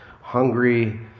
hungry